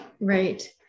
Right